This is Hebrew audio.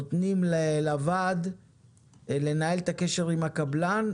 נותנים לוועד לנהל את הקשר עם הקבלן,